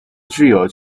具有